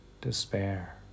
despair